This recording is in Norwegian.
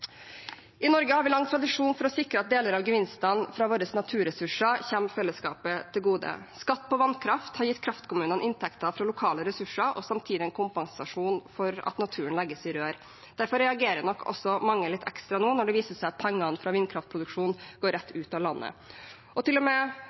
I Norge har vi lang tradisjon for å sikre at deler av gevinstene fra våre naturressurser kommer fellesskapet til gode. Skatt på vannkraft har gitt kraftkommunene inntekter fra lokale ressurser og samtidig en kompensasjon for at naturen legges i rør. Derfor reagerer nok også mange litt ekstra nå når det viser seg at pengene fra vindkraftproduksjon går rett